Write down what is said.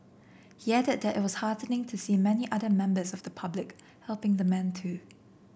he added that it was heartening to see many other members of the public helping the man too